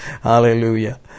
Hallelujah